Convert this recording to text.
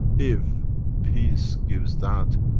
if peace gives that!